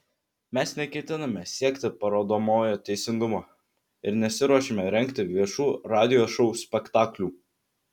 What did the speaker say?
mes neketiname siekti parodomojo teisingumo ir nesiruošiame rengti viešų radijo šou spektaklių